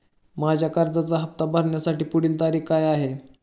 माझ्या कर्जाचा हफ्ता भरण्याची पुढची तारीख काय आहे?